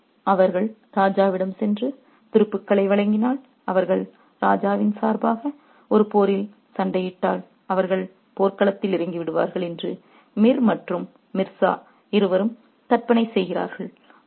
ஆகவே அவர்கள் ராஜாவிடம் சென்று துருப்புக்களை வழங்கினால் அவர்கள் ராஜாவின் சார்பாக ஒரு போரில் சண்டையிட்டால் அவர்கள் போர்க்களத்தில் இறந்துவிடுவார்கள் என்று மிர் மற்றும் மிர்சா இருவரும் கற்பனை செய்கிறார்கள்